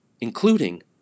including